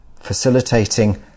facilitating